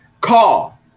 call